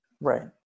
right